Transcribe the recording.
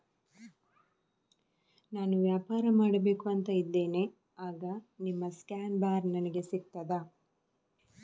ನಾನು ವ್ಯಾಪಾರ ಮಾಡಬೇಕು ಅಂತ ಇದ್ದೇನೆ, ಆಗ ನಿಮ್ಮ ಸ್ಕ್ಯಾನ್ ಬಾರ್ ನನಗೆ ಸಿಗ್ತದಾ?